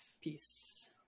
Peace